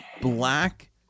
black